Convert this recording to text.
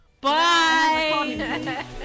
Bye